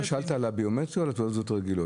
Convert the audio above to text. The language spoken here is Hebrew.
אתה שאלת על הביומטרי או על התעודות הרגילות?